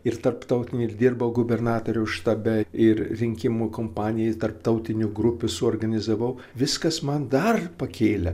ir tarptautiniai ir dirbau gubernatoriaus štabe ir rinkimų kompanijai tarptautinių grupių suorganizavau viskas man dar pakėlė